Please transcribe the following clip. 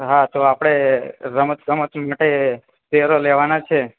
હા તો આપણે રમત ગમત માટે પ્લેયરો લેવાના છે